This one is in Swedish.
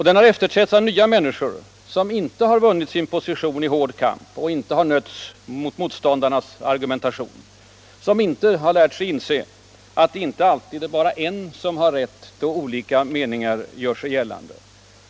Den har efterträtts av nya människor som inte vunnit sin position i hård kamp och inte nötts mot motståndarnas argumentation, som inte har lärt sig inse att det inte alltid är bara en som har rätt, då olika meningar gör sig gällande.